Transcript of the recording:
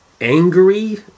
Angry